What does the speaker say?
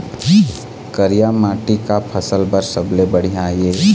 करिया माटी का फसल बर सबले बढ़िया ये?